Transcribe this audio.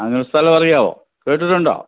അങ്ങനൊരു സ്ഥലം അറിയാവോ കേട്ടിട്ടുണ്ടോ